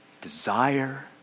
desire